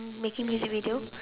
making music video